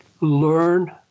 Learn